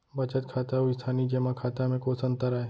बचत खाता अऊ स्थानीय जेमा खाता में कोस अंतर आय?